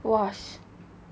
!wah!